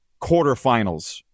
quarterfinals